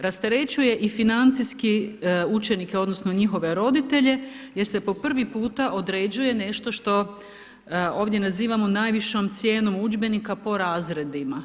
Rasterećuje i financijski učenike odnosno njihove roditelje jer se po prvi puta određuje nešto što ovdje nazivamo najvišom cijenom udžbenika po razredima.